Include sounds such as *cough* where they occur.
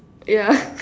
yeah *laughs*